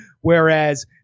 whereas